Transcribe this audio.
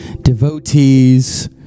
devotees